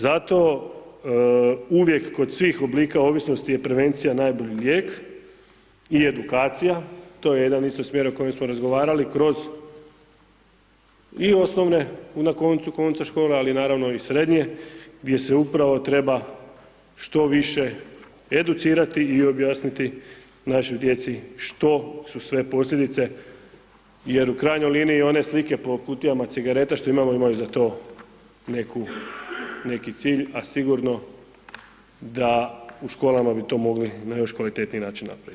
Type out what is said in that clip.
Zato uvijek kod svih oblika ovisnosti je prevencija najbolji lijek i edukacija, to je isto jedan smjer o kojem smo razgovarali kroz i osnovne na koncu konca škole, ali naravno i srednje gdje se upravo treba što više educirati i objasniti našoj djeci što su sve posljedice, jer u krajnjoj liniji one slike po kutijama cigareta što imalo imaju za to neku, neki cilj a sigurno da u školama bi to mogli na još kvalitetniji način napravit.